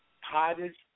hottest